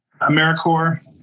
AmeriCorps